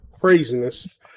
craziness